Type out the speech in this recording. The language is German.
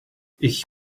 ich